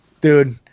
dude